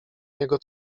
jego